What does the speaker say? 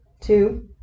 Two